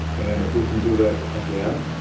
and if we could do that again,